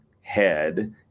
head